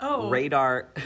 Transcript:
Radar